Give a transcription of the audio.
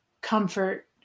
comfort